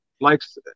likes